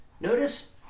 Notice